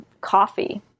coffee